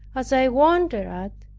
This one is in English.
as i wonder at,